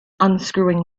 unscrewing